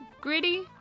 Gritty